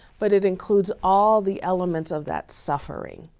but it includes all the elements of that suffering.